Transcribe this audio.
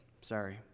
sorry